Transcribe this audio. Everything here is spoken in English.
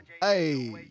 Hey